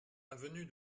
avenue